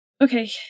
okay